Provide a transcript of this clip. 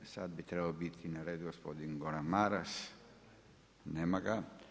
Sada bi trebao biti na redu gospodin Goran Maras, nema ga.